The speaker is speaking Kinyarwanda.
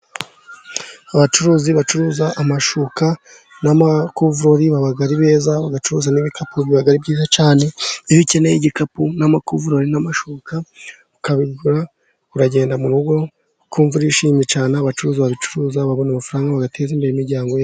Abacuruzi bacuruza amashuka, n'amakuvurori baba ari beza ,ugacuruza n'ibikapu biba ari byiza cyane, iyo ukeneye igikapu, n'amavuriro ,n'amashuka, ukabigura uragenda mu rugo ukumva urishimye cyane, abacuruzi babicuruza babona amafaranga bagateza imbere imiryango.